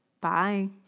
Bye